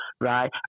right